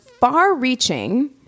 far-reaching